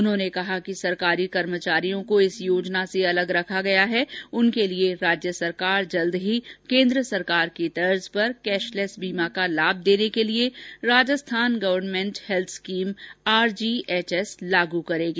उन्होंने कहा कि सरकारी कर्मचारियों को इस योजना से अलग रखा गया है उनके लिए राज्य सरकार जल्द ही केन्द्र सरकार की तर्ज पर कैश लैश बीमा का लाभ देने के लिये Rajasthan government health scheme RGHS लागू करेगी